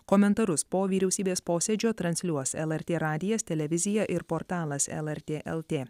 komentarus po vyriausybės posėdžio transliuos lrt radijas televizija ir portalas lrt lt